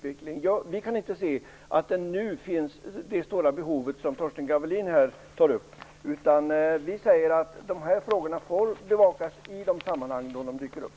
Vi kan inte se att det nu finns det stora behov som Torsten Gavelin här talar om. Dessa frågor får bevakas i de sammanhang där de dyker upp.